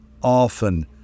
often